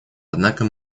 однако